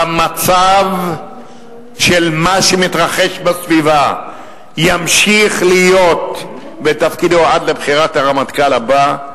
במצב של מה שמתרחש בסביבה ימשיך להיות בתפקידו עד לבחירת הרמטכ"ל הבא,